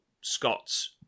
Scott's